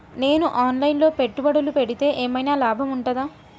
నేను online లో పెట్టుబడులు పెడితే ఏమైనా లాభం ఉంటదా?